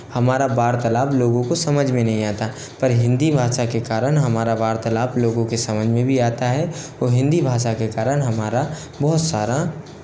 हमारा वार्तालाब लोगों को समझ में नहीं आता पर हिंदी भाषा के कारण हमारा वार्तालाब लोगों के समझ में भी आता है और हिंदी भाषा के कारण हमारा बहुत सारा